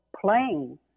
playing